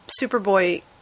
Superboy